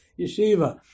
Yeshiva